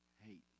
hate